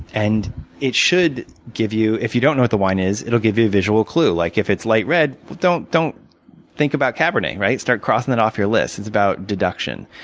and it should give you, if you don't know what the wine is, it will give you a visual clue. like if it's light red, don't don't think about cabernet. start crossing that off your list. it's about deduction.